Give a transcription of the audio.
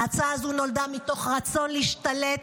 ההצעה הזו נולדה מתוך רצון להשתלט,